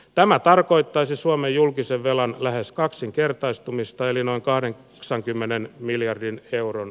tämä tarkoittaisi suomen julkisen velan lähes kaksinkertaistumista eli noin kahden sen kymmenen miljardin euron